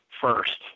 first